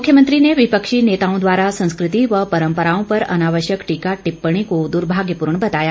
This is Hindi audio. मुख्यमंत्री ने विपक्षी नेताओं द्वारा संस्कृति व परम्पराओं पर अनावश्यक टीका टिप्पणी को दर्भाग्यपूर्ण बताया